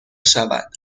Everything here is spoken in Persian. شود